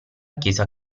chiesa